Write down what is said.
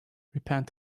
repent